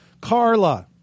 Carla